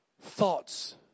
thoughts